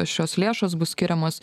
šios lėšos bus skiriamos